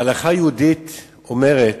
ההלכה היהודית אומרת,